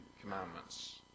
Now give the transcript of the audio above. commandments